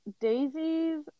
daisies